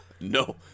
No